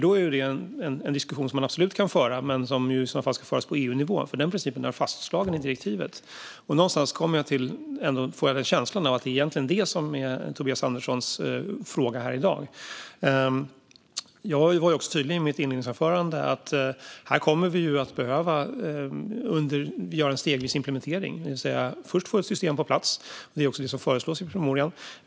Då är det en diskussion som man absolut kan föra men som i så fall ska föras på EU-nivå, för den principen är fastslagen i direktivet. Någonstans får jag känslan av att det egentligen är detta som är Tobias Anderssons fråga här i dag. Jag var tydlig i mitt interpellationssvar med att vi kommer att behöva göra en stegvis implementering av direktivet, det vill säga att först få ett system på plats, något som också föreslås i promemorian.